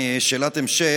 שאלת המשך.